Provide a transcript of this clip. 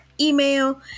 email